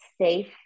safe